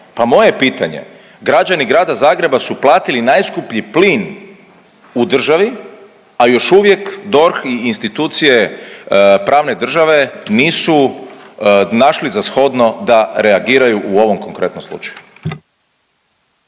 Pa moje je pitanje građani grada Zagreba su platili najskuplji plin u državi, a još uvijek DORH i institucije pravne države nisu našli za shodno da reagiraju u ovom konkretnom slučaju.